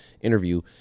interview